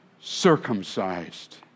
circumcised